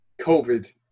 COVID